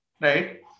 right